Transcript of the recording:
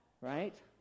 right